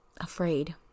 Afraid